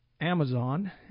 Amazon